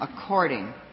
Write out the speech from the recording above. according